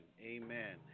Amen